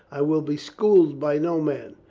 i will be schooled by no man.